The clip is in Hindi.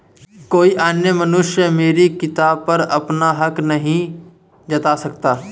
कोई अन्य मनुष्य मेरी किताब पर अपना हक नहीं जता सकता